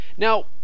Now